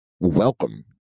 welcome